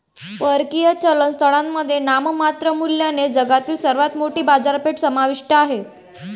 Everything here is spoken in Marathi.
परकीय चलन स्थळांमध्ये नाममात्र मूल्याने जगातील सर्वात मोठी बाजारपेठ समाविष्ट आहे